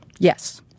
Yes